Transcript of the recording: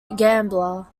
gambler